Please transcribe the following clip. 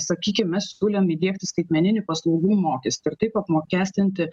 sakykim mes siūlom įdiegti skaitmeninių paslaugų mokestį ir taip apmokestinti